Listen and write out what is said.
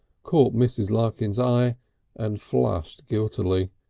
caught mrs. larkins' eye and flushed guiltily.